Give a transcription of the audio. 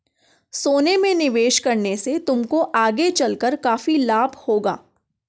सोने में निवेश करने से तुमको आगे चलकर काफी लाभ होगा